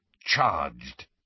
charged